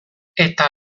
eta